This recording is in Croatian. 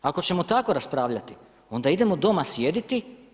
Ako ćemo tako raspravljati, onda idemo doma sjediti.